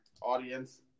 audience